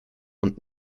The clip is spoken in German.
und